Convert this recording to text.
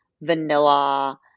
vanilla